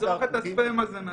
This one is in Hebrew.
תחסוך את הספאם הזה מהציבור.